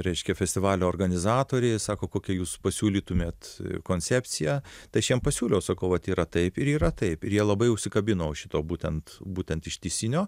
reiškia festivalio organizatoriai sako kokią jūs pasiūlytumėt koncepciją tai aš jam pasiūliau sakau vat yra taip ir yra ir jie labai užsikabino už šito būtent būtent ištisinio